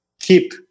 keep